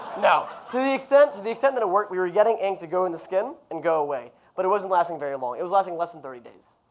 no, to the to the extent that it worked, we were getting ink to go in the skin and go away, but it wasn't lasting very long. it was lasting less than thirty days.